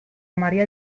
maria